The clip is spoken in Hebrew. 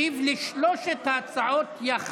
הממשלה, על שלוש ההצעות יחד.